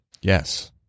Yes